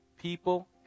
People